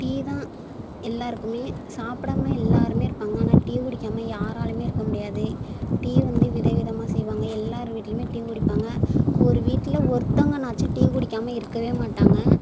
tea தான் எல்லோருக்குமே சாப்பிடாம எல்லோருமே இருப்பாங்க ஆனால் டீ குடிக்காமல் யாராலேயுமே இருக்க முடியாது டீ வந்து விதவிதமாக செய்வாங்க எல்லார் வீட்டிலிமே டீ குடிப்பாங்க ஒரு வீட்டில் ஒருத்தங்கனாச்சும் டீ குடிக்காமல் இருக்கவே மாட்டாங்க